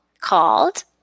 called